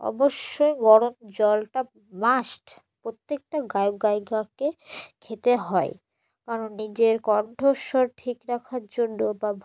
অবশ্যই গরম জলটা মাস্ট প্রত্যেকটা গায়ক গায়িকাকে খেতে হয় কারণ নিজের কণ্ঠস্বর ঠিক রাখার জন্য বা